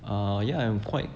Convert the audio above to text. uh yeah I'm quite